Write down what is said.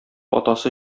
атасы